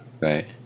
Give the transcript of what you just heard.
Right